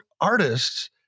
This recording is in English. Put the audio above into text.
artists